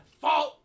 fault